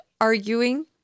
Arguing